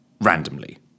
randomly